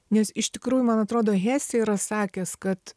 nes iš tikrųjų man atrodo hesė yra sakęs kad